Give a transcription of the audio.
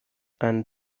and